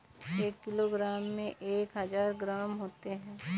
एक किलोग्राम में एक हजार ग्राम होते हैं